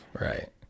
right